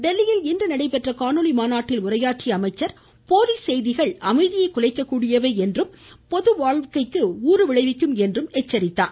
டெல்லியில் இன்று நடைபெற்ற காணொலி மாநாட்டில் உரையாற்றிய அவர் போலி செய்திகள் அமைதியை குலைக்க கூடியவை என்றும் பொதுவாழ்க்கைக்கு இது ஊறு விளைவிக்கும் என்றும் எச்சரித்துள்ளார்